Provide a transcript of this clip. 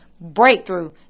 Breakthrough